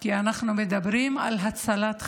כי אנחנו מדברים על הצלת חיים,